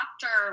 doctor